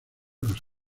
los